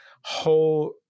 whole